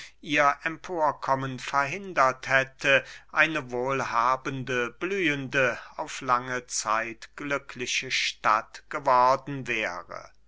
ihr emporkommen verhindert hätte eine wohlhabende blühende auf lange zeit glückliche stadt geworden wäre